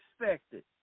expected